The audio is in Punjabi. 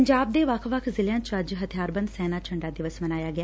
ਪੰਜਾਬ ਦੇ ਵੱਖ ਜ਼ਿਲ਼ਿਆਂ ਚ ਅੱਜ ਹਥਿਆਰਬੰਦ ਸੈਨਾ ਝੰਡਾ ਦਿਵਸ ਮਨਾਇਆ ਗਿਆ